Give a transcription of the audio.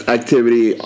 activity